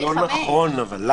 זה לא נכון אבל.